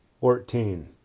Fourteen